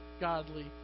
godly